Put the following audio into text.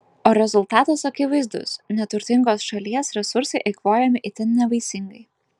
o rezultatas akivaizdus neturtingos šalies resursai eikvojami itin nevaisingai